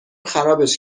خرابش